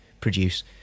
produce